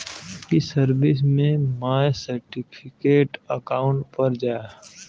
ई सर्विस में my certificate account पर जा